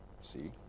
see